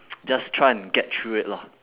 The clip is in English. just try and get through it lah